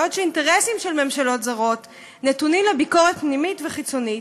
בעוד האינטרסים של ממשלות זרות נתונים לביקורת פנימית וחיצונית,